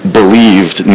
believed